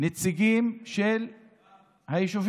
מה שהם